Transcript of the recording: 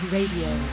Radio